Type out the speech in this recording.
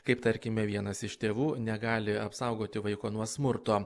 kaip tarkime vienas iš tėvų negali apsaugoti vaiko nuo smurto